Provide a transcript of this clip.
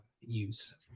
use